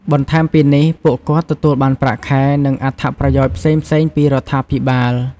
បន្ថែមពីនេះ ពួកគាត់ទទួលបានប្រាក់ខែ និងអត្ថប្រយោជន៍ផ្សេងៗពីរដ្ឋាភិបាល។